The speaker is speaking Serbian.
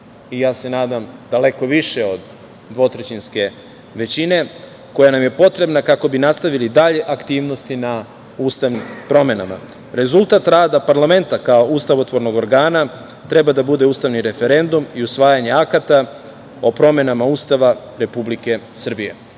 i ja se nadam daleko više od dvotrećinske većine koja nam je potrebna kako bismo nastavili dalje aktivnosti na ustavnim promenama. Rezultat rada parlamenta kao ustavotvornog organa treba da bude ustavni referendum i usvajanje akata o promenama Ustava Republike Srbije. Naravno